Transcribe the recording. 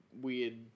weird